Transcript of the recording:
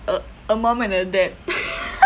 a a mom and a dad